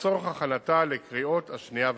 לצורך הכנתה לקריאות השנייה והשלישית.